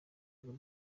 gabon